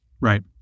Right